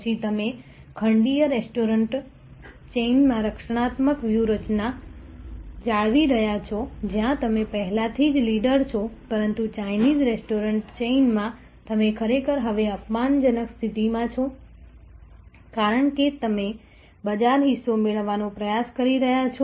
પછી તમે ખંડીય રેસ્ટોરન્ટ ચેઇનમાં રક્ષણાત્મક વ્યૂહરચના જાળવી રહ્યા છો જ્યાં તમે પહેલાથી જ લીડર છો પરંતુ ચાઇનીઝ રેસ્ટોરન્ટ ચેઇનમાં તમે ખરેખર હવે અપમાનજનક સ્થિતિમાં છો કારણ કે તમે બજાર હિસ્સો મેળવવાનો પ્રયાસ કરી રહ્યાં છો